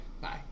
Bye